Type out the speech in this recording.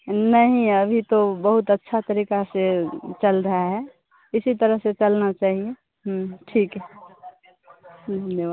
नहीं अभी तो बहुत अच्छे तरीके से चल रहा है इसी तरह से चलना चाहिए ठीक है धन्यवाद